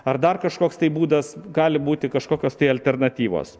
ar dar kažkoks tai būdas gali būti kažkokios tai alternatyvos